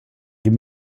give